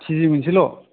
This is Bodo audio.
किजि मोनसेल'